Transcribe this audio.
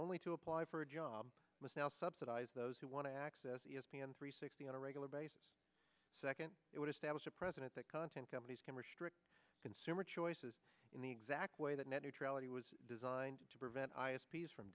only to apply for a job must now subsidize those who want to access e s p n three sixty on a regular basis second it would establish a precedent that content companies can restrict consumer choices in the exact way that net neutrality was designed to prevent i s p s from